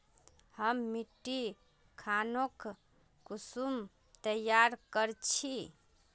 हम मिट्टी खानोक कुंसम तैयार कर छी?